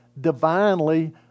divinely